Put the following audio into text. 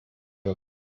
wird